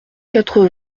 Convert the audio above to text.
quatre